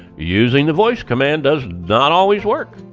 using the voice command does not always work.